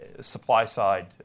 supply-side